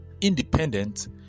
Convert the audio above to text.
independent